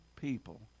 people